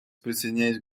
присоединяюсь